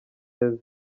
neza